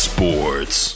Sports